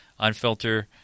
Unfilter